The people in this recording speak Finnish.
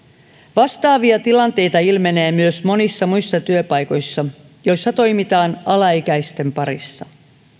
vastaavia tilanteita ilmenee myös monissa muissa työpaikoissa joissa toimitaan alaikäisten parissa